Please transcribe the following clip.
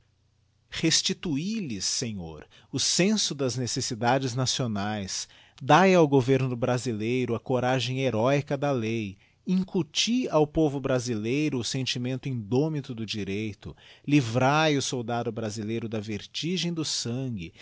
restitui lhes senhor o senso das necessidades nacionaes dae ao governo brasileiro a coragem heróica da lei incuti ao povo brasileiro o sentimento indómito do direito livrae o soldado brasileiro da vertigem do sangue